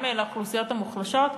גם לאוכלוסיות המוחלשות.